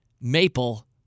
maple